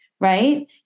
right